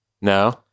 No